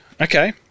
Okay